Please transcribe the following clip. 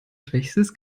schwächstes